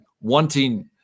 wanting